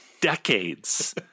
decades